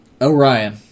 Orion